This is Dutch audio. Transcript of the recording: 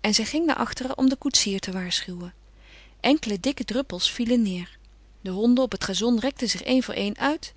en zij ging naar achteren om den koetsier te waarschuwen enkele dikke druppels vielen neêr de honden op het gazon rekten zich een voor een uit